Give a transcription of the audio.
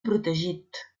protegit